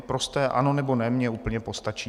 Prosté ano nebo ne mi úplně postačí.